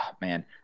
man